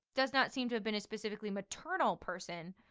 does not seem to have been a specifically maternal person.